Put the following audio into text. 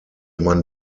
man